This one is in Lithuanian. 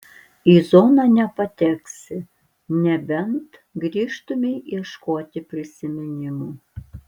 į zoną nepateksi nebent grįžtumei ieškoti prisiminimų